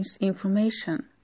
information